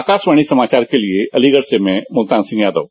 आकाशवाणी समाचार के लिए अलीगढ़ से में मुल्तान सिंह यादव